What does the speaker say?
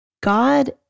God